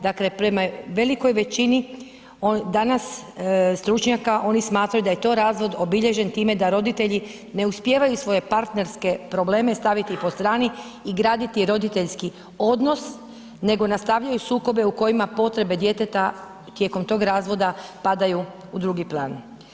Dakle, prema velikoj većini, danas stručnjaka, oni smatraju da je to razlog obilježen time da roditelji ne uspijevaju svoje partnerske probleme staviti po strani i graditi roditeljski odnos, nego nastavljaju sukobe u kojima potrebe djeteta, tijekom tog razdoblja padaju u drugi plan.